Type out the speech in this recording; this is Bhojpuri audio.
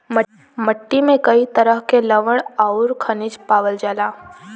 मट्टी में कई तरह के लवण आउर खनिज पावल जाला